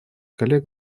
коллег